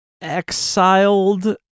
exiled